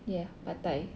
ya pad thai